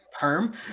Perm